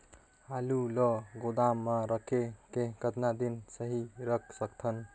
आलू ल गोदाम म रखे ले कतका दिन सही रख सकथन?